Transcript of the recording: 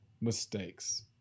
mistakes